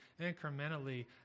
incrementally